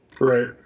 right